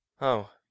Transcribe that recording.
Oh